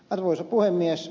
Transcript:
arvoisa puhemies